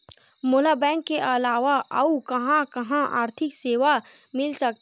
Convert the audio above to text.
मोला बैंक के अलावा आऊ कहां कहा आर्थिक सेवा मिल सकथे?